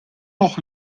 noch